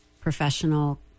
professional